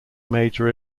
major